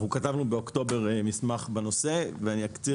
אנחנו כתבנו באוקטובר מסמך בנושא ואציג